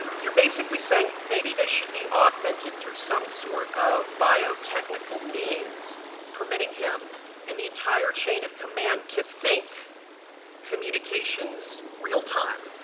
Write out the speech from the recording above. ah you're basically saying maybe they should be augmented through some sort of bio-technical means permitting him and the entire chain of command to think communications real-time,